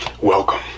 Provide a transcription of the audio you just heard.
welcome